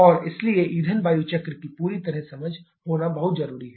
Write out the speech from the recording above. और इसलिए ईंधन वायु चक्र की पूरी समझ होना बहुत जरूरी है